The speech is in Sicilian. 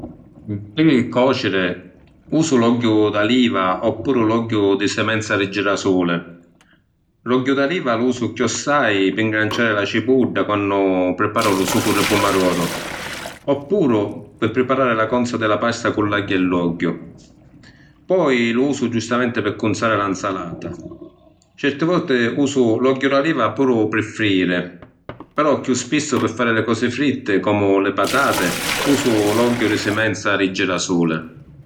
Pi còciri usu l’ogghiu d’aliva oppuru l’ogghiu di simenza di girasuli. L’ogghiu d’aliva lu usu cchiòssai pi ‘ngranciari la cipudda, quannu priparu lu sucu di pumadoru. Oppuru pi priparari la conza di la pasta cu l’agghia e l’ogghiu. Poi lu usu, giustamenti, pi cunzari la ‘nzalata. Certi voti usu l’ogghiu d’aliva puru pi frijiri. Però chiù spissu pi fari li cosi fritti, comu li patati, usu l’ogghiu di simenza di girasuli.